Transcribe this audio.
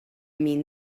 mean